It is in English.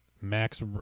max